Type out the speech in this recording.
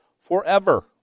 forever